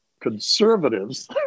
conservatives